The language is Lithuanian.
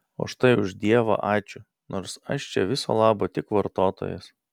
o štai už dievą ačiū nors aš čia viso labo tik vartotojas